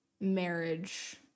marriage